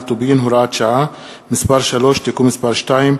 טובין (הוראת שעה) (מס' 3) (תיקון מס' 2),